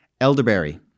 Elderberry